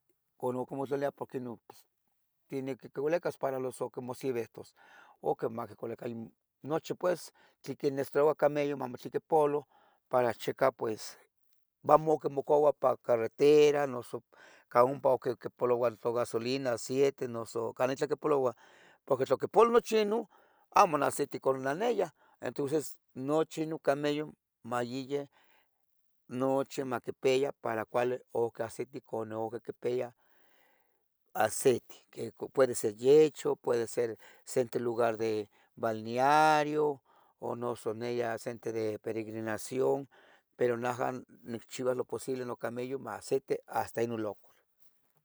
ohcon nocmotlaliah porque tiene que quivalicas para amo quimohsevihtos o cualica nochi pues, tlen quinecesitaroua cameyoh amo tlen maquipoloh para chercar pues mamo mocoua para carretera ca ompa quipoloua gasolina noso aciete canah itlah quipoloh porqui tla oquipoloh nochi inon, amo nahseteconoleneyah. Entonces noche nocameyon maiyeh nochi maquipeya para cuali occahseteu conon oquipeya acete puede ser yehcho, puede ser sente lugar de balneario, o noso neyah sente lugar de peregrinación, pero naja nicchiuas lo posible nocameyoh mahseteu hasta inon locar.